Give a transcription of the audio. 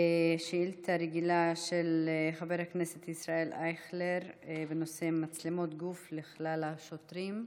שאילתה רגילה של חבר הכנסת ישראל אייכלר: מצלמות גוף לכלל השוטרים.